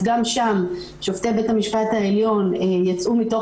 אז גם שם שופטי בית המשפט העליון יצאו מתוך